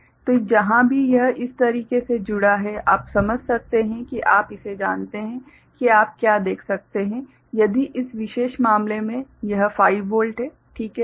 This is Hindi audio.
तो जहाँ भी यह इस तरह से जुड़ा है आप समझ सकते हैं कि आप इसे जानते हैं कि आप क्या देख सकते हैं यदि इस विशेष मामले में यह 5 वोल्ट है ठीक है